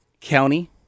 county